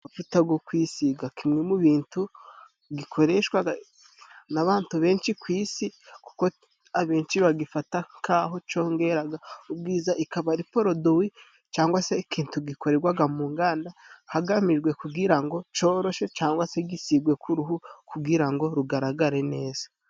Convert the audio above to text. Amavuta go kwisiga, kimwe mu bitu gikoreshwaga n'abatu benshi ku isi, kuko abenshi bagifata nk'aho congera ubwiza. Ikaba ari poroduwi cangwa se ikitu gikoregwaga mu nganda hagamijwe kugira ngo coroshe, cangwa se gisigwe ku ruhu kugira ngo rugaragare neza.